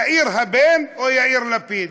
יאיר הבן או יאיר לפיד.